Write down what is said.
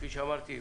כפי שאמרתי,